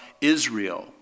Israel